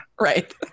right